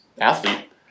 athlete